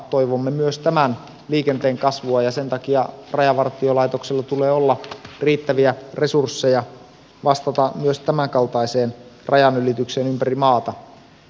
toivomme myös tämän liikenteen kasvua ja sen takia rajavartiolaitoksella tulee olla riittäviä resursseja vastata myös tämänkaltaiseen rajanylitykseen ympäri maata